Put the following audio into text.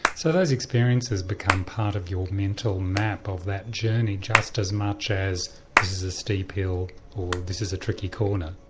so those experiences become part of your mental map of that journey just as much as this is a steep hill, or this is a tricky corner?